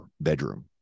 bedroom